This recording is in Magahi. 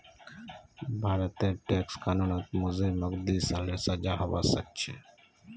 भारतेर टैक्स कानूनत मुजरिमक दी सालेर सजा हबा सखछे